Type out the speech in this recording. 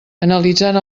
analitzant